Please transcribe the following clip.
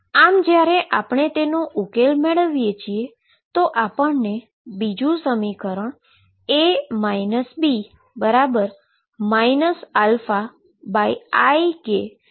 આમ જ્યારે આપણે તેનો ઉકેલ મેળવીએ છીએ તો આપણને બીજુ સમીકરણ A B ikD મળે છે